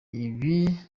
ibi